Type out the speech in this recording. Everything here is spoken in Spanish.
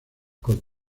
con